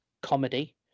comedy